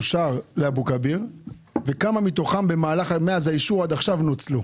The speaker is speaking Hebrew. אושר לכביר וכמה מתוכן מאז נוצלו,